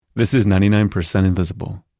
this is ninety nine percent invisible.